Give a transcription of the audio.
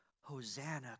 Hosanna